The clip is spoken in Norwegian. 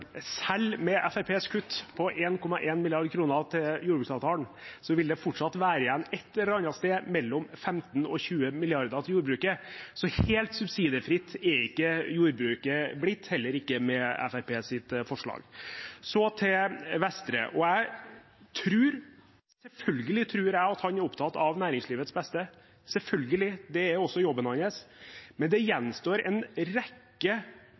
selv med Fremskrittspartiets kutt på 1,1 mrd. kr til jordbruksavtalen, vil det fortsatt være igjen et eller annet sted mellom 15 mrd. kr og 20 mrd. kr til jordbruket. Så helt subsidiefritt er ikke jordbruket blitt, heller ikke med Fremskrittspartiets forslag. Så til Vestre: Selvfølgelig tror jeg at han er opptatt av næringslivets beste – selvfølgelig. Det er også jobben hans. Men det gjenstår en rekke